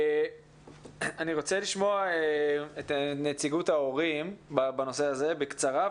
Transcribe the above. אני רוצה לשמוע את נציגות ההורים בנושא הזה בקצרה,